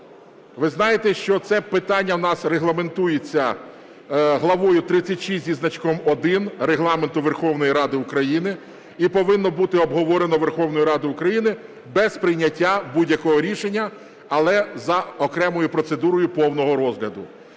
Ви знаєте, що це питання у нас регламентується главою 36 зі значком 1 Регламенту Верховної Ради України і повинно бути обговорено Верховною Радою України без прийняття будь-якого рішення, але за окремою процедурою повного розгляду.